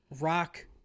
Rock